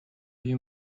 you